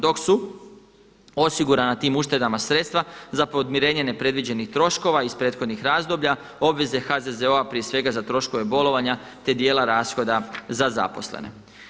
Dok su osigurana tim uštedama sredstva za podmirenje nepredviđenih troškova iz prethodnih razdoblja, obveze HZZO prije svega za troškove bolovanja, te djela rashoda za zaposlene.